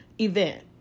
event